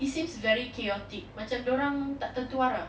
it seems very chaotic macam dorang tak tentu arah